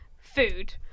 food